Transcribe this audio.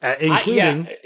including